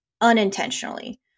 unintentionally